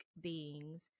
beings